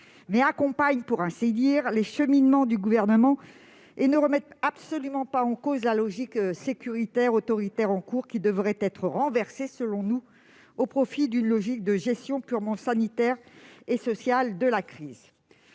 qui accompagnent pour ainsi dire les cheminements du Gouvernement, ne remettent absolument pas en cause la logique sécuritaire et autoritaire en cours, laquelle devrait selon nous être renversée au profit d'une logique de gestion purement sanitaire et sociale de la crise.